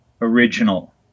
original